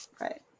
Right